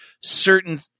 certain